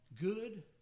good